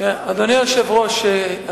אדוני היושב-ראש,